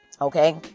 Okay